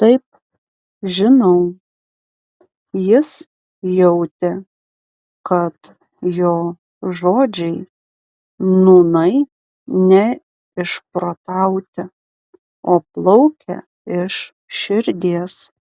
taip žinau jis jautė kad jo žodžiai nūnai ne išprotauti o plaukia iš širdies